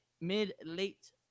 mid-late